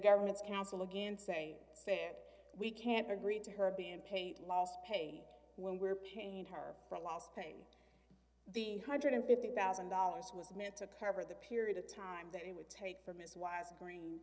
government's counsel against say said we can't agree to her being paid last pay when we're painting her last paying the one hundred and fifty thousand dollars was meant to cover the period of time that it would take from his wife's green